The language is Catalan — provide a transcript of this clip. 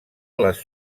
les